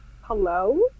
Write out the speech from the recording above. Hello